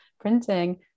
printing